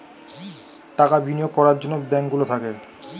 টাকা বিনিয়োগ করার জন্যে ব্যাঙ্ক গুলো থাকে